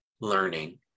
learning